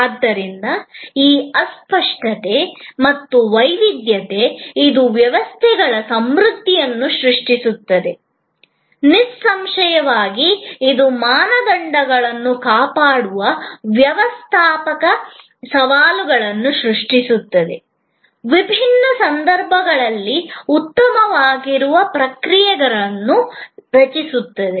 ಆದ್ದರಿಂದ ಈ ಅಸ್ಪಷ್ಟತೆ ಮತ್ತು ವೈವಿಧ್ಯತೆ ಇದು ವ್ಯತ್ಯಾಸಗಳ ಸಮೃದ್ಧಿಯನ್ನು ಸೃಷ್ಟಿಸುತ್ತದೆ ನಿಸ್ಸಂಶಯವಾಗಿ ಇದು ಮಾನದಂಡಗಳನ್ನು ಕಾಪಾಡುವ ವ್ಯವಸ್ಥಾಪಕ ಸವಾಲನ್ನು ಸೃಷ್ಟಿಸುತ್ತದೆ ವಿಭಿನ್ನ ಸಂದರ್ಭಗಳಲ್ಲಿ ಉತ್ತಮವಾಗಿರುವ ಪ್ರಕ್ರಿಯೆಗಳನ್ನು ರಚಿಸುತ್ತದೆ